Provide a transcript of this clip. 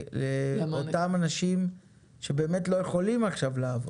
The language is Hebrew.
לאותם אנשים שבאמת לא יכולים עכשיו לעבוד.